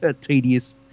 tedious